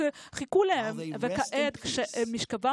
עכשיו, כאשר הם נחים בשלום על משכבם,